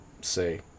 say